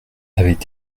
avaient